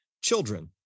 children